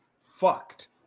fucked